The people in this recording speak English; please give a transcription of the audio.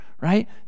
right